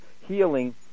healing